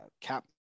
cap